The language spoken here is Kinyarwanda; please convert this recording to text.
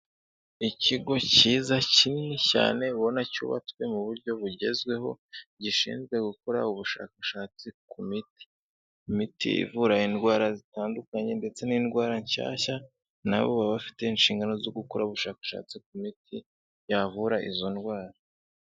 Ikigo cyiza kinini cyane, ubona cyubatswe mu buryo bugezweho, gishinzwe gukora ubushakashatsi ku miti. Imiti ivura indwara zitandukanye ndetse n'indwara nshyashya, na bo baba bafite inshingano zo gukora ubushakashatsi ku miti yavura izo ndwara.